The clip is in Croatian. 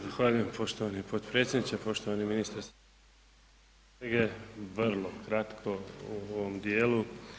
Zahvaljujem poštovani potpredsjedniče, poštovani ministre ... [[Govornik se ne razumije jer se udaljio od mikrofona…]] vrlo kratko u ovom dijelu.